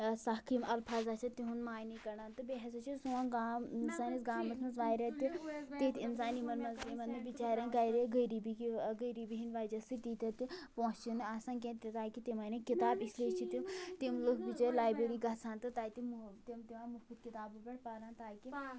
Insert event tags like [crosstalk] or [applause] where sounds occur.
ٲں سخ یِم الفاظ آسیٚن تہنٛد معنی کڑیٚن تہٕ بیٚیہِ ہسا چھُ سون گام سانِس گامَس منٛز واریاہ تہِ تِتھۍ انسان یمَن منٛز یمَن نہٕ بچاریٚن گھرِ غریٖبی کہ ٲں غریٖبی ہنٛدۍ وجہ سۭتۍ تیٖتیٛاہ تہِ پونٛسہٕ چھِنہٕ آسان کیٚنٛہہ تاکہِ تِم اَنیٚن کتاب اس لیے چھِ تِم تِم لوٗکھ بچٲرۍ لایبرٛیری گژھان تہٕ تتہٕ [unintelligible] کتابو پٮ۪ٹھ پران تاکہِ